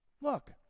Look